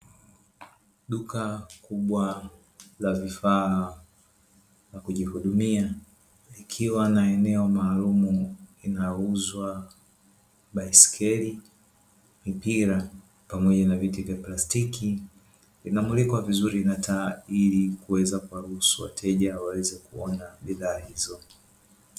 Duka kubwa la vifaa la kujihudumia likiwa na eneo maalumu linauzwa baiskeli, mipira pamoja na viti vya plastiki linamulikwa vizuri na taa ili kuweza kuwaruhusu wateja waweze kuwa na bidhaa hizo.